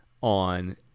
on